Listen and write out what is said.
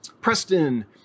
Preston